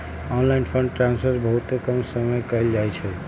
online fund transfer बहुते कम समय में कएल जाइ छइ